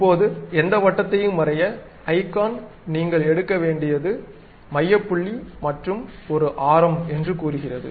இப்போது எந்த வட்டத்தையும் வரைய ஐகான் நீங்கள் எடுக்க வேண்டியது மையப் புள்ளி மற்றும் ஒரு ஆரம் என்று கூறுகிறது